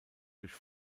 durch